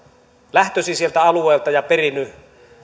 lähtöisin sieltä alueelta ja perinyt